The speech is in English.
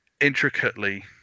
intricately